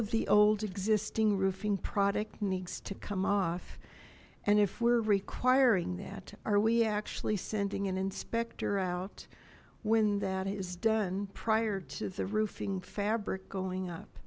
of the old existing roofing product needs to come off and if we're requiring that are we actually sending an inspector out when that is done prior to the roofing fabric going up